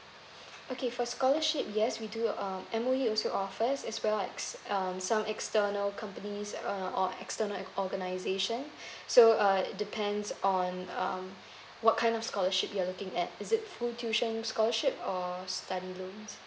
okay for scholarship yes we do um M_O_E also offers as well as um some external companies uh or external o~ organization so uh it depends on um what kind of scholarship you're looking at is it full tuition scholarship or study loans